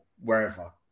wherever